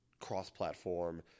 cross-platform